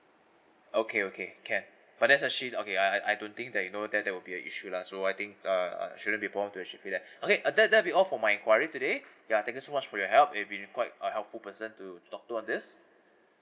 okay okay can but there's actually okay I I I don't think that you know that there will be a issue lah so I think uh uh shouldn't be problem actually that okay uh that that'll be all for my enquiry today ya thank you so much for your help you've been quite a helpful person to talk to on this